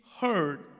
heard